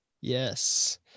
Yes